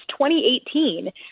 2018